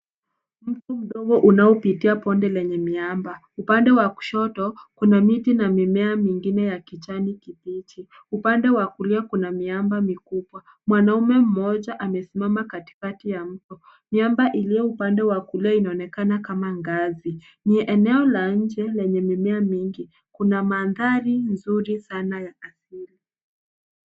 Mto mdogo unaopitia bonde lenye miamba. Upande wa kushoto, kuna miti na mimea mingine ya kijani kibichi. Upande wa kulia kuna miamba mikubwa. Mwanaume mmoja amesimama katikati ya mto. Miamba iliyo upande wa kulia inaonekana kama ngazi. Ni eneo la nje lenye mimea mingi. Kuna mandhari nzuri sana ya asili.